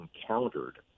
encountered